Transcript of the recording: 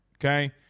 Okay